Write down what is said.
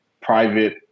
private